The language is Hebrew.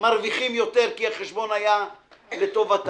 מרוויחים יותר כי החשבון היה לטובתם.